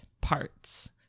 parts